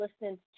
listened